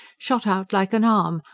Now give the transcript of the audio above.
shot out like an arm,